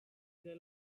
the